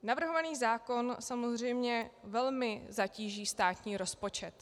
Navrhovaný zákon samozřejmě velmi zatíží státní rozpočet.